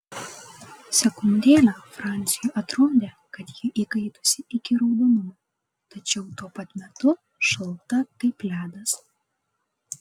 sekundėlę franciui atrodė kad ji įkaitusi iki raudonumo tačiau tuo pat metu šalta kaip ledas